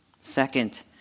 Second